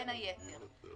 בין היתר,